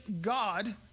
God